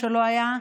שלא היה,